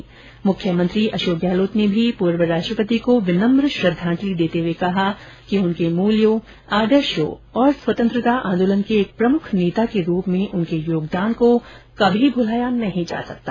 म्ख्यमंत्री अशोक गहलोत ने भी प्र्व राष्ट्रपति को विनम्र श्रद्धांजलि देते हुए कहा कि उनके मूल्यों आदर्शों और स्वतंत्रता आंदोलन के एक प्रम्ख नेता के रूप में उनके योगदान को कभी भुलाया नहीं जा सकता